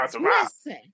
Listen